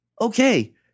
okay